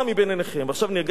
עכשיו אני אגש לעניין עצמו.